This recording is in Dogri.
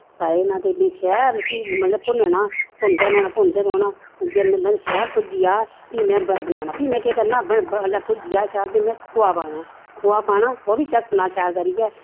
पाई लैना ते में शैल उसी मतलव भुन्नना भुनदे रौह्ना भुनदे रौह्ना मतलव शैल भुज्जी जा फ्ही में बनाना फ्ही में केह् करना जिसलै भुज्जी जा शैल फ्ही में खोआ पाना खोआ पाना ओह् बा झस्सना शैल करियै